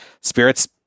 spirits